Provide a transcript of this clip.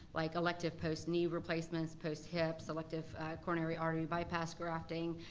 like elective post knee replacements, post hips, elective coronary artery bypass grafting,